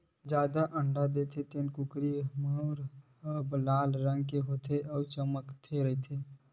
जादा अंडा देथे तउन कुकरी के मउर ह बने लाल रंग के होथे अउ चमकत रहिथे